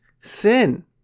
sin